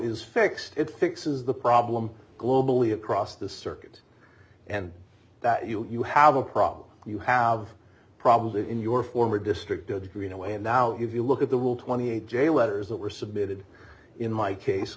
is fixed it fixes the problem globally across the circuits and that you you have a problem you have problems in your former district good greenaway and now if you look at the will twenty eight jail letters that were submitted in my case